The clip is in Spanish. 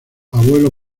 abuelo